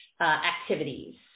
activities